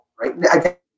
right